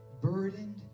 burdened